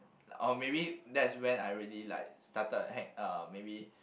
or maybe that's when I really like started hang uh maybe